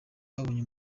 rwabonye